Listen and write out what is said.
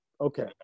okay